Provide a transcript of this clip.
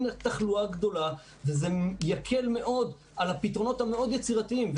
תחלואה גדולה וזה יקל מאוד על הפתרונות המאוד יצירתיים.